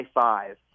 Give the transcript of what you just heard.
five